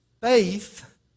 Faith